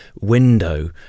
window